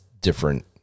different